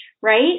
right